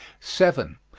seven.